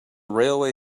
railway